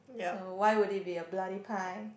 so why would there be a bloody pie